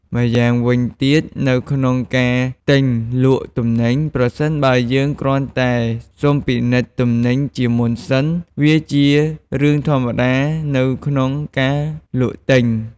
ម្យ៉ាងវិញទៀតនៅក្នុងការទិញលក់ទំនិញ ប្រសិនបើយើងគ្រាន់តែសុំពិនិត្យទំនិញជាមុនសិន វាជារឿងធម្មតានៅក្នុងការលក់ទិញ។